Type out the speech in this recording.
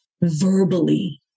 verbally